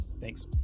thanks